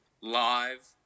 live